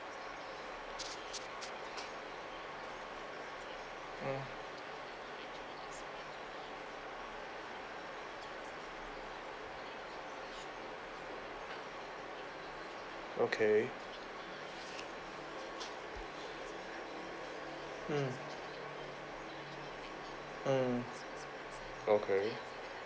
mm okay mm mm okay